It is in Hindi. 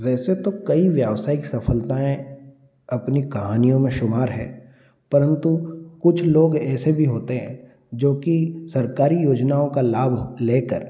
वैसे तो कई व्यवसायिक सफलताएँ अपनी कहानियों में शुमार हैं परंतु कुछ लोग ऐसे भी होते हैं जो कि सरकारी योजनाओं का लाभ ले कर